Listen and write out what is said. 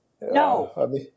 No